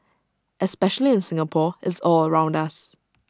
especially in Singapore it's all around us